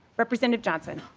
representative johnson